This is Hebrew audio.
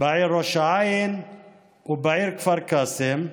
בעיר ראש העין ובעיר כפר קאסם.